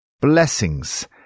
Blessings